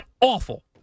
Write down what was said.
awful